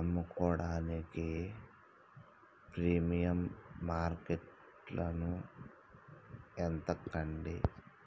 అమ్ముకోడానికి ప్రీమియం మార్కేట్టును ఎతకండి